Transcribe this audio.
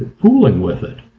fooling with it.